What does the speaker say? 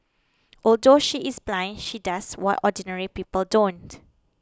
although she is blind she does what ordinary people don't